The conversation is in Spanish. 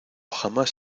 jamás